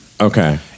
Okay